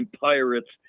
Pirates